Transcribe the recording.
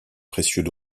précieux